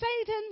Satan